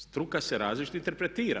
Struka se različito interpretira.